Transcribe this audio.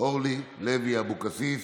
אורלי לוי אבקסיס.